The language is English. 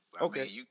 Okay